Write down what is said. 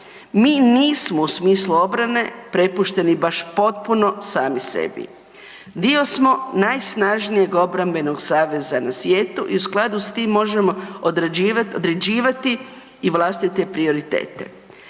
Mi nismo u smislu obrane prepušteni baš potpuno sami sebi. Dio smo najsnažnijeg obrambenog saveza na svijetu i u skladu s tim možemo određivati i vlastite prioritete.